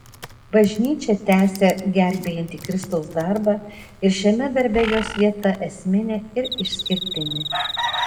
bažnyčią tęsia gelbėjantį kristaus darbą ir šiame darbe jos vieta esminė ir išskirtinė